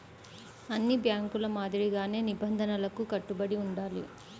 అన్ని బ్యేంకుల మాదిరిగానే నిబంధనలకు కట్టుబడి ఉండాలి